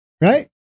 right